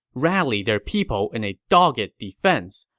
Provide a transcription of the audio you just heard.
rallied their people in a dogged defense,